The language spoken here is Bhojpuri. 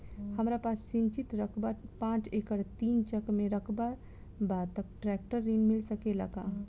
हमरा पास सिंचित रकबा पांच एकड़ तीन चक में रकबा बा त ट्रेक्टर ऋण मिल सकेला का?